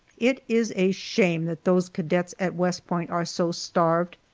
it is a shame that those cadets at west point are so starved.